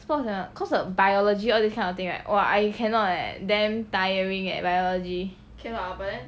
sports ah cause of biology all these kind of thing right !wah! I cannot leh damn tiring eh biology